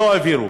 לא העבירו.